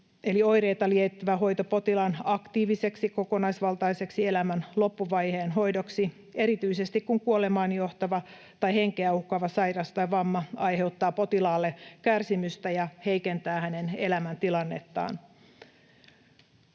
eli oireita lievittävä hoito potilaan aktiiviseksi kokonaisvaltaiseksi elämän loppuvaiheen hoidoksi erityisesti, kun kuolemaan johtava tai henkeä uhkaava sairaus tai vamma aiheuttaa potilaalle kärsimystä ja heikentää hänen elämäntilannettaan.